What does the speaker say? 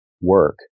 work